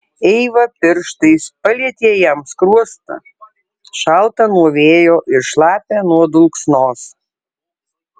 eiva pirštais palietė jam skruostą šaltą nuo vėjo ir šlapią nuo dulksnos